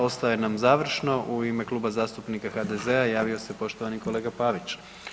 Ostaje nam završno u ime Kluba zastupnika HDZ-a javio se poštovani kolega Pavić.